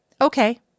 Okay